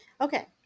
Okay